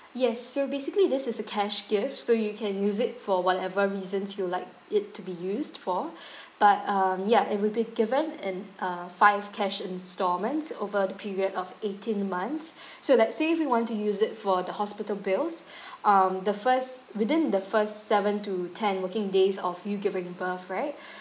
yes so basically this is a cash gift so you can use it for whatever reasons you would like it to be used for but um ya it will be given in uh five cash installments over the period of eighteen months so let's say if you want to use it for the hospital bills um the first within the first seven to ten working days of you giving birth right